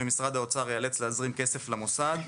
ומשרד האוצר ייאלץ להזרים כסף למוסד.